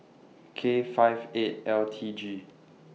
K five eight L T G